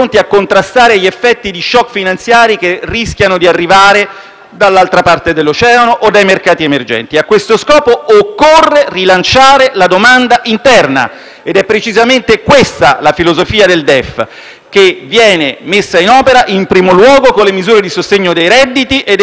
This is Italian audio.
dall'altra parte dell'Oceano o dai mercati emergenti. A questo scopo, occorre rilanciare la domanda interna ed è precisamente questa la filosofia del DEF, che viene messa in opera in primo luogo con le misure di sostegno dei redditi e degli investimenti e con l'alleggerimento della pressione fiscale.